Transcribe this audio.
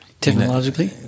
Technologically